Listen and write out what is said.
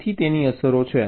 તેથી તેની અસરો છે